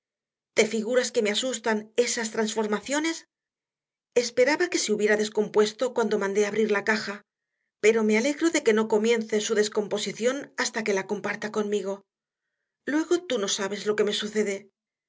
te figuras que me asustan esas transformaciones esperaba que se hubiera descompuesto cuando mandé abrir la caja pero me alegro de que no comience su descomposición hasta que la comparta conmigo luego tú no sabes lo que me sucede